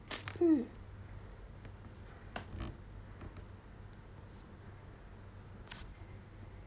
mm